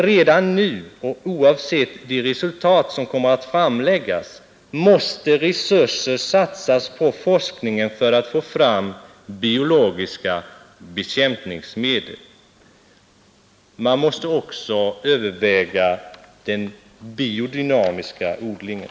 Redan nu, och oavsett de resultat som kommer att framläggas, måste resurser satsas på forskningen för att få fram biologiska bekämpningsmedel. Man måste också överväga den biodynamiska odlingen.